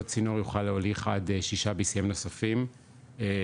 אותו צינור יוכל להוליך עד שישה BCM נוספים למצריים,